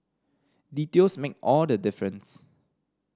details make all the difference